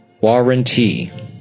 Warranty